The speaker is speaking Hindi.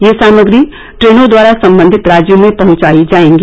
ये सामग्री ट्रेनों द्वारा संबंधित राज्यों में पहंचाई जाएगी